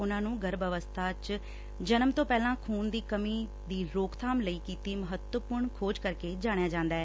ਉਨੁਾ ਨੂੰ ਗਰਭ ਅਵਸਥਾ ਚ ਜਨਮ ਤੋ ਪਹਿਲਾਂ ਖੁਨ ਦੀ ਕਮੀ ਦੀ ਰੋਕਬਾਮ ਲਈ ਕੀਤੀ ਮਹੱਤਵਪੁਰਨ ਖੋਜ ਕਰਕੇ ਜਾਣਿਆ ਜਾਂਦਾ ਐ